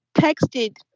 texted